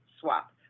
swap